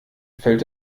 fällt